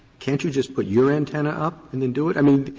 can't you just put your antenna up and then do it? i mean,